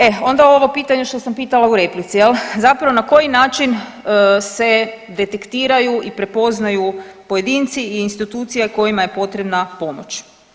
E onda ovo pitanje što sam pitala u replici jel, zapravo na koji način se detektiraju i prepoznaju pojedinci i institucije kojima je potrebna pomoć.